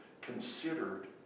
considered